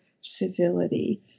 civility